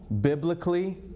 Biblically